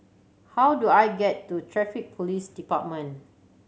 how do I get to Traffic Police Department